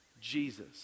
Jesus